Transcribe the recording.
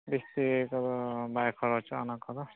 ᱮᱥᱮᱠᱚᱫᱚ ᱵᱟᱭ ᱠᱷᱚᱨᱚᱪᱚᱜᱼᱟ ᱚᱱᱟᱠᱚᱫᱚ